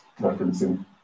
referencing